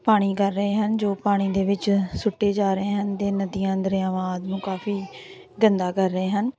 ਪਾਣੀ ਕਰ ਰਹੇ ਹਨ ਜੋ ਪਾਣੀ ਦੇ ਵਿੱਚ ਸੁੱਟੀ ਜਾ ਰਹੇ ਹਨ ਅਤੇ ਨਦੀਆਂ ਦਰਿਆਵਾਂ ਆਦਿ ਨੂੰ ਕਾਫ਼ੀ ਗੰਦਾ ਕਰ ਰਹੇ ਹਨ